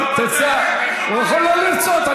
נדיבה, תצא, למה, הוא יכול לא לרצות.